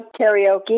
karaoke